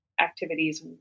activities